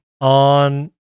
on